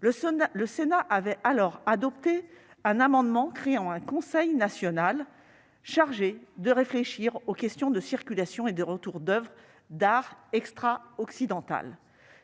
Le Sénat avait alors adopté un amendement visant à créer un conseil national chargé de réfléchir aux questions de circulation et de retour d'oeuvres d'art extra-occidentales.